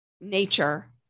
nature